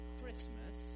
Christmas